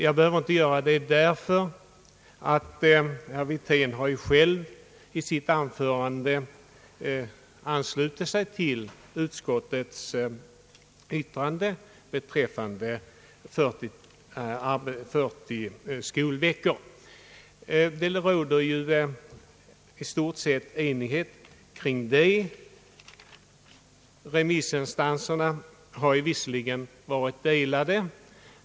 Jag behöver inte göra det därför att herr Wirtén själv i sitt anförande har anslutit sig till utskottsmajoritetens yttrande beträffande 40 skolveckor. Det råder i stort sett enighet härom. Remissinstanserna har visserligen varit delade.